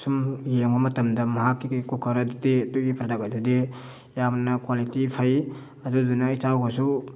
ꯁꯨꯝ ꯌꯦꯡꯕ ꯃꯇꯝꯗ ꯃꯍꯥꯛꯀꯤ ꯀꯨꯀꯔ ꯑꯗꯨꯗꯤ ꯑꯗꯨꯒꯤ ꯄ꯭ꯔꯗꯛ ꯑꯗꯨꯗꯤ ꯌꯥꯝꯅ ꯀ꯭ꯋꯥꯂꯤꯇꯤ ꯐꯩ ꯑꯗꯨꯗꯨꯅ ꯏꯇꯥꯎꯍꯣꯏꯁꯨ